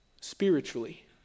spiritually